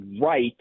right